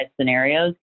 scenarios